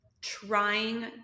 trying